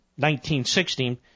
1916